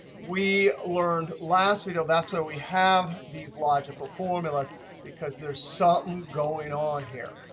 we learned last week that's why we have these logical formulas because there's something going on here.